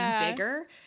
bigger